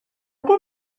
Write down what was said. qué